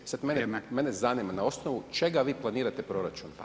Sad mene [[Upadica: Vrijeme.]] zanima na osnovu čega vi planirat proračun?